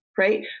right